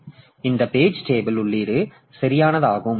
எனவே இந்த page table உள்ளீடு சரியானதாகும்